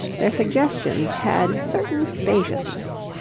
their suggestions had certain spaciousness.